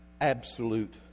absolute